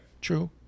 True